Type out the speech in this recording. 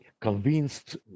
convinced